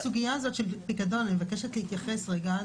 בסוגייה הזאת של הפיקדון אני מבקשת להתייחס רגע,